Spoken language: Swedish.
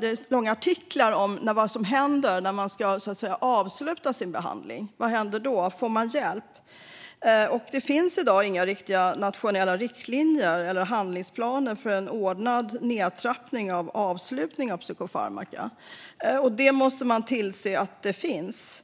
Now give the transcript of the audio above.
det långa artiklar om vad som händer när man ska avsluta sin behandling. Vad händer då? Får man hjälp? Det finns i dag inga riktiga nationella riktlinjer eller handlingsplaner för en ordnad nedtrappning och avslutning av psykofarmaka. Man måste tillse att det finns.